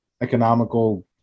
economical